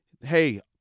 Hey